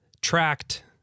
tracked